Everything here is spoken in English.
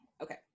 okay